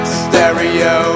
stereo